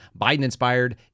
Biden-inspired